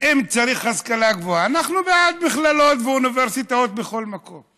אם צריך השכלה גבוהה אנחנו בעד מכללות ואוניברסיטאות בכל מקום,